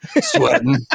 sweating